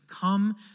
come